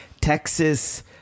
texas